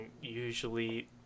usually